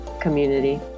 community